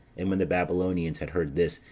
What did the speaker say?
and when the babylonians had heard this,